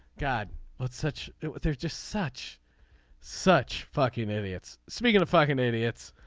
god let such there's just such such fucking idiots. speaking of fucking idiots.